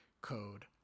Code